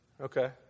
Okay